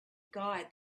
guy